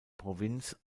provinz